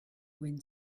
wind